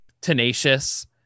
tenacious